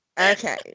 Okay